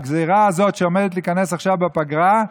הגזרה הזאת שעומדת להיכנס עכשיו בפגרה,